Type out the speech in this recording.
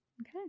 Okay